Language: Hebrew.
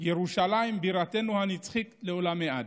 ירושלים בירתנו הנצחית לעולמי עד.